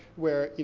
where you